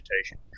vegetation